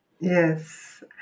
Yes